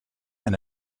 and